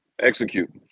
Execute